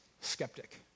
skeptic